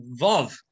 Vov